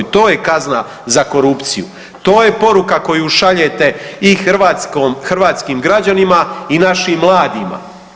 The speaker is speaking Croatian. To je kazna za korupciju, to je poruka koju šaljete i hrvatskim građanima i našim mladima.